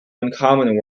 uncommon